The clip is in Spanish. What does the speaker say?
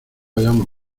hayamos